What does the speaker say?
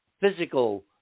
physical